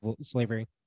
slavery